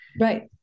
Right